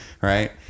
Right